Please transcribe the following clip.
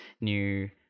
new